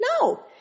No